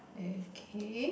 okay